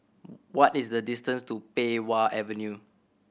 what is the distance to Pei Wah Avenue